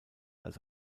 als